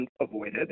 avoided